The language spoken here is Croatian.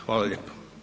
Hvala lijepo.